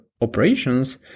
operations